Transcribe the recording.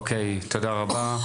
אוקי, תודה רבה.